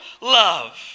love